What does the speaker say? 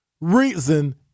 reason